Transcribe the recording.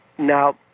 Now